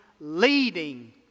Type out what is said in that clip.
leading